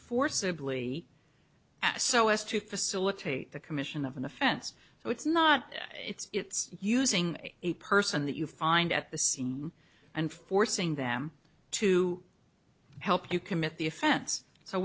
forcibly so as to facilitate the commission of an offense so it's not it's using a person that you find at the scene and forcing them to help you commit the offense so